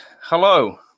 hello